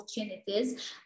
opportunities